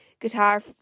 guitar